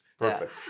Perfect